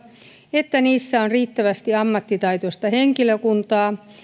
että niissä on riittävästi ammattitaitoista henkilökuntaa